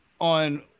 on